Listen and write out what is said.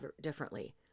differently